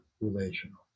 relational